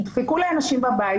ידפקו לאנשים בבית,